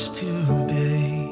today